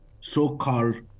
so-called